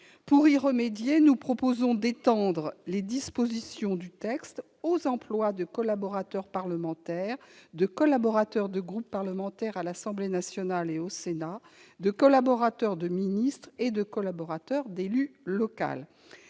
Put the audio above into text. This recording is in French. Pour y remédier, nous proposons d'étendre les dispositions du texte aux emplois de collaborateur parlementaire, de collaborateur de groupe parlementaire à l'Assemblée nationale et au Sénat, de collaborateur de ministre et de collaborateur d'élu local.